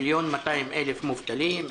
1.2 מיליון מובטלים,